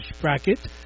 bracket